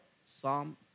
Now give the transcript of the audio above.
Psalm